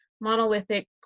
monolithic